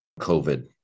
COVID